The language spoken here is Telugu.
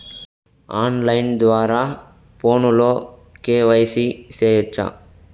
ఆన్ లైను ద్వారా ఫోనులో కె.వై.సి సేయొచ్చా